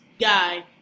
guy